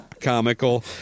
comical